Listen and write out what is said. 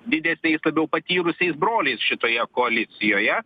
didesniais labiau patyrusiais broliais šitoje koalicijoje